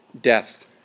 death